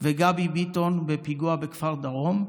וגבי ביטון, בפיגוע בכפר דרום,